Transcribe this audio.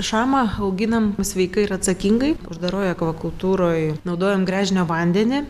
šamą auginam sveikai ir atsakingai uždaroj akvakultūroj naudojam gręžinio vandenį